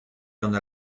gant